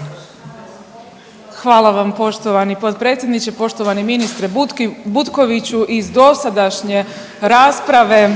(HDZ)** Hvala vam poštovani potpredsjedniče. Poštovani ministre Butki, Butkoviću iz dosadašnje rasprave